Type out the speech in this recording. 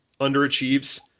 underachieves